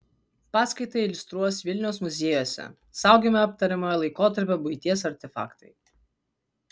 paskaitą iliustruos vilniaus muziejuose saugomi aptariamojo laikotarpio buities artefaktai